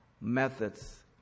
methods